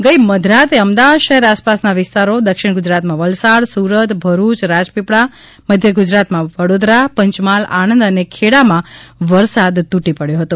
ગઇ મધરાતે અમદાવાદ શહેર આસપાસના વિસ્તારો દક્ષિણ ગુજરાતમાં વલસાડ સુરત ભરૂચ રાજપીપળા મધ્યગુજરાતમાં વડોદરા પંચમહાલ આણંદ અને ખેડામાં વરસાદ તૂટી પડ્યો હતો